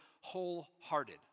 wholehearted